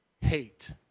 hate